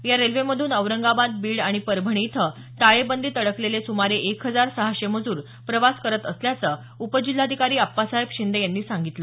या रेल्वेमधून औरंगाबाद बीड आणि परभणी इथं टाळेबंदीत अडकलेले सुमारे एक हजार सहाशे मजूर प्रवास करत असल्याचं उपजिल्हाधिकारी अप्पासाहेब शिंदे यांनी सांगितलं